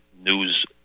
News